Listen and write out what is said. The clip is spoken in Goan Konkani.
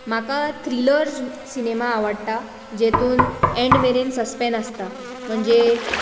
म्हाका थ्रिलर्स सिनेमा आवडटा जेतून एण्ड मेरेन सस्पेंस आसता म्हणजे